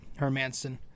Hermanson